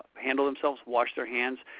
handle themselves, wash their hands,